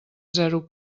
zero